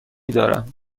دارم